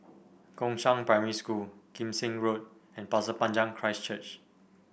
Gongshang Primary School Kim Seng Road and Pasir Panjang Christ Church